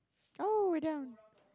oh we're done